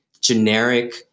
generic